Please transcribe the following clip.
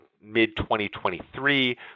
mid-2023